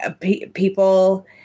People